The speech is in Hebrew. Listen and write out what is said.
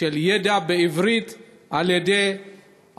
של ידע בעברית של האוניברסיטאות.